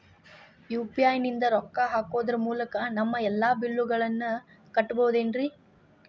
UPI ನಿಂದ ರೊಕ್ಕ ಹಾಕೋದರ ಮೂಲಕ ನಮ್ಮ ಎಲ್ಲ ಬಿಲ್ಲುಗಳನ್ನ ಕಟ್ಟಬಹುದೇನ್ರಿ?